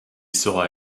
sera